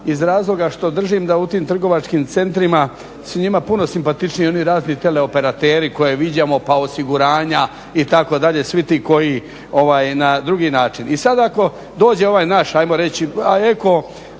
iz razloga što držim da u tim trgovačkim centrima su njima puno simpatičniji oni razni teleoperateri koje viđamo pa osiguranja, itd., svi ti koji na drugi način. I sada ako dođe ovaj naš, ajmo reći, a eko,